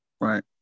Right